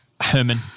Herman